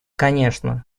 конечно